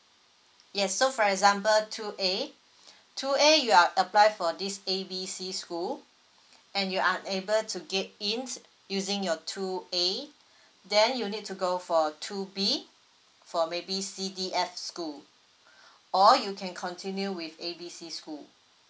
yes so for example two A two A you are apply for this A B C school and you unable to get in using your two A then you need to go for two B for maybe C D F school or you can continue with A B C school